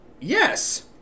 Yes